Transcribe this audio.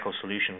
solution